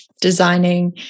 designing